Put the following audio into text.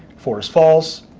four is false,